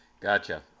Gotcha